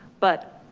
but